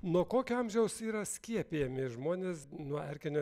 nuo kokio amžiaus yra skiepijami žmonės nuo erkinio